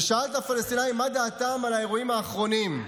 ששאל את הפלסטינים מה דעתם על האירועים האחרונים.